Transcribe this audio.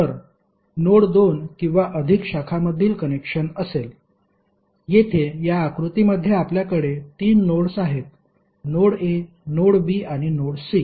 तर नोड दोन किंवा अधिक शाखांमधील कनेक्शन असेल येथे या आकृतीमध्ये आपल्याकडे तीन नोड्स आहेत नोड a नोड b आणि नोड c